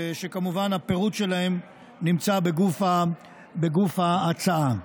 וכמובן הפירוט שלהם נמצא בגוף ההצעה.